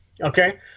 Okay